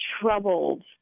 troubled